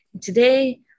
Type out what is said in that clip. Today